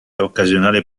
occasionale